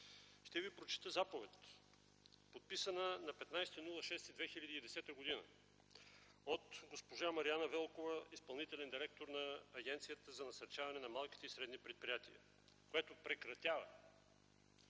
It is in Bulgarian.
Ще Ви прочета заповед, подписана на 15.06.2010 г. от госпожа Мариана Велкова – изпълнителен директор на Агенцията за насърчаване на малките и средни предприятия, която прекратява